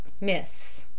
Miss